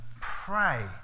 pray